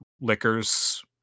liquors